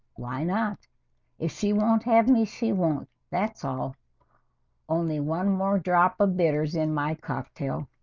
why not if she won't have me? she won't that's all only one more drop of bitters in my cocktail